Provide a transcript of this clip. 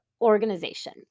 organization